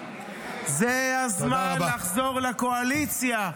זה הזמן לחזור לקואליציה.